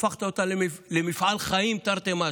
נקרא לזה, והפכת אותה למפעל חיים תרתי משמע,